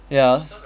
yes